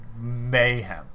mayhem